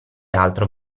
altro